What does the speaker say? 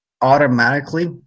automatically